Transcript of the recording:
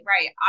right